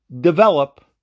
develop